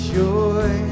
joy